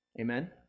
Amen